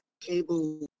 cable